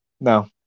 No